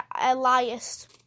Elias